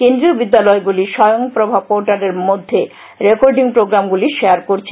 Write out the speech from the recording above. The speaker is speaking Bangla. কেন্দ্রীয় বিদ্যালয়গুলি স্বয়ং প্রভা পোর্টালের মধ্যে রেকর্ডিং প্রোগ্রামগুলি শেয়ার করছে